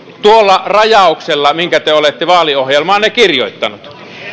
tuolla rajauksella minkä te olette vaaliohjelmaanne kirjoittaneet